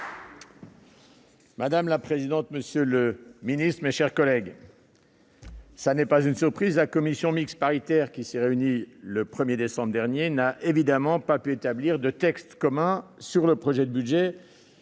Madame la présidente, monsieur le ministre, mes chers collègues, ce n'est pas une surprise, la commission mixte paritaire, qui s'est réunie le mercredi 1 décembre dernier, n'a évidemment pas pu établir un texte commun sur le projet de budget,